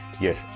yes